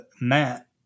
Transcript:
Matt